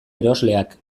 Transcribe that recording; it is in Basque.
erosleak